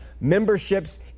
Memberships